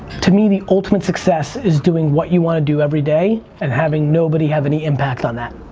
to me the ultimate success is doing what you wanna do every day, and having nobody have any impact on that.